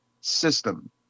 system